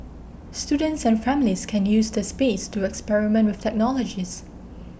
students and families can use the space to experiment with technologies